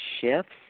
shifts